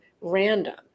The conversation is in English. random